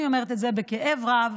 אני אומרת את זה בכאב רב,